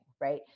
right